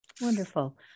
Wonderful